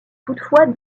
toutefois